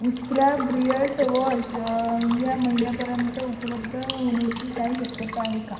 उस्त्रा beard wash ह्या महिन्यापर्यंत उपलब्ध होण्याची काही शक्यता आहे का